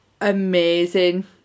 amazing